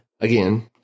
again